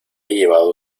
llevado